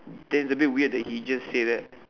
that's a bit weird when he said that